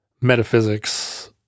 metaphysics